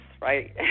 right